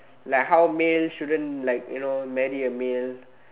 like how male shouldn't like you know marry a male